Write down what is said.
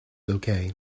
okay